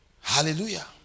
Hallelujah